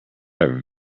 are